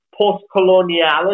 post-coloniality